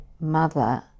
mother